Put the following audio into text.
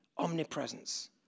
Omnipresence